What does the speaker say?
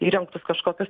įrengtus kažkokius